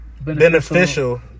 Beneficial